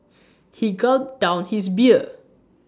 he gulped down his beer